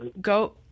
go